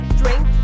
drink